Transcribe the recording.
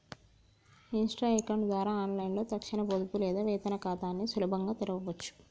Insta account ద్వారా ఆన్లైన్లో తక్షణ పొదుపు లేదా వేతన ఖాతాని సులభంగా తెరవచ్చు